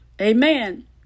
Amen